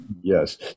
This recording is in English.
Yes